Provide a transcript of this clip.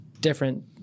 different